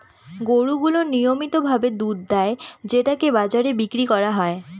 গরু গুলো নিয়মিত ভাবে দুধ দেয় যেটাকে বাজারে বিক্রি করা হয়